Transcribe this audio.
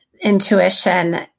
intuition